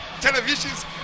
televisions